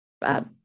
bad